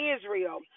Israel